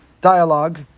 dialogue